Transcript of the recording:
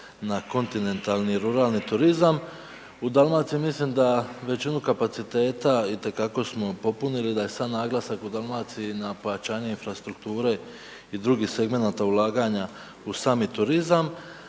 na kontinentalni ruralni turizam. U Dalmaciji mislim da većinu kapaciteta itekako smo popunili da je sav naglasak u Dalmaciji na pojačanje infrastrukture i drugih segmenata ulaganja u sami turizam.